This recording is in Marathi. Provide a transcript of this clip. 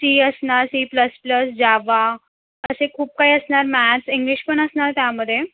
सी असणार सीप्लसप्लस जावा असे खूप काही असणार मॅथ्स इंग्लिश पण असणार त्यामध्ये